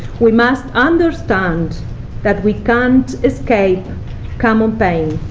we must understand that we can't escape common pain,